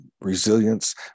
resilience